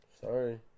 sorry